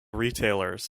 retailers